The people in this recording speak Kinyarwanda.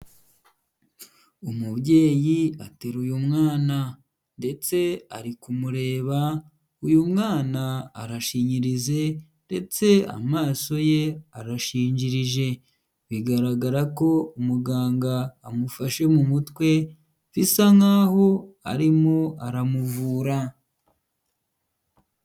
Umubyeyi ateruye umwana ndetse ari kumureba, uyu mwana arashinyirije ndetse amaso ye arashinjirije. Bigaragara ko umuganga amufashe mu mutwe, bisa nkaho arimo aramuvura.